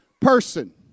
person